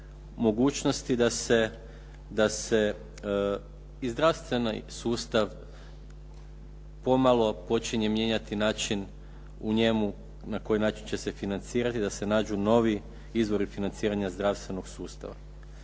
mogućnosti da se i zdravstveni sustav pomalo počinje mijenjati, način u njemu, na koji način će se financirati, da se nađu novi izvori financiranja zdravstvenog sustava.